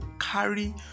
carry